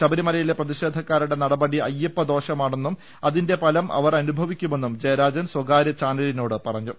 ശബരിമലയിലെ പ്രതിഷേധക്കാരുടെ നടപടി അയ്യപ്പദോഷമെന്നും അതിന്റെ ഫലം അവർ അനുഭവിക്കുമെന്നും ജയ രാജൻ സ്വകാര്യ ചാനലിനോട് പറഞ്ഞു